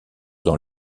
dans